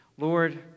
Lord